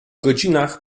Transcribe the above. godzinach